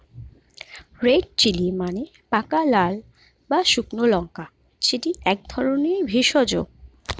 red chilli মানে পাকা লাল বা শুকনো লঙ্কা যেটি এক ধরণের ভেষজ